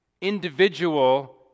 individual